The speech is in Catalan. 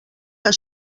que